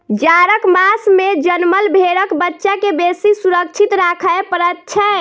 जाड़क मास मे जनमल भेंड़क बच्चा के बेसी सुरक्षित राखय पड़ैत छै